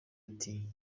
ati